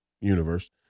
universe